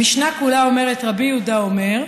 המשנה כולה אומרת: "רבי יהודה אומר,